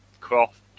Croft